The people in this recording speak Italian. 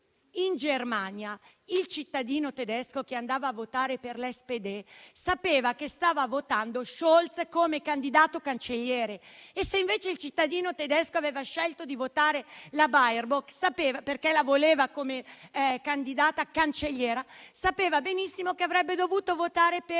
In Germania il cittadino tedesco che andava a votare per la SPD sapeva che stava votando Scholz come candidato cancelliere; se invece il cittadino tedesco aveva scelto di votare la Baerbock, perché la voleva come candidata cancelliera, sapeva benissimo che avrebbe dovuto votare per